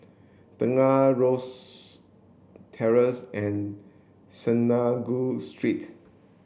Tengah Rosyth Terrace and Synagogue Street